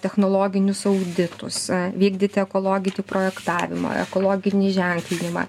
technologinius auditus vykdyti ekologinį projektavimą ekologinį ženklinimą